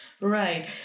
right